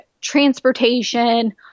transportation